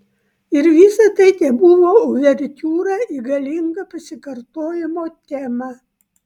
ir visa tai tebuvo uvertiūra į galingą pasikartojimo temą